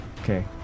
Okay